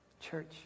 Church